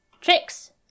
Tricks